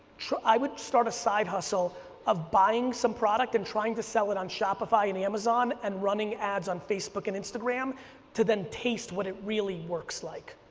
i would start a side hustle of buying some product and trying to sell it on shopify and amazon and running ads on facebook and instagram to then taste what it really works like.